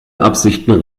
absichten